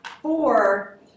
Four